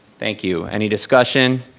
thank you, any discussion?